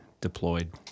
deployed—